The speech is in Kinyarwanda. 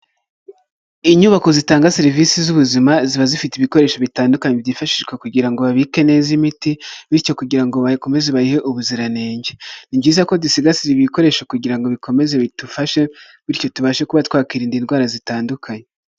Inyubako zitanga serivisi z'ubuzima ziba zifite ibikoresho bitandukanye byifashishwa kugira ngo babike neza imiti, bityo kugira ngo bakomeze bayihe ubuziranenge, ni byiza ko dusigasira ibikoresho kugira ngo bikomeze bidufashe bityo tubashe kuba twakwirinda indwara zitandukanye.